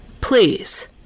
Please